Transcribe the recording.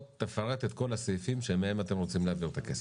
תפרט את כל הסעיפים שמהם אתם רוצים להעביר את הכסף.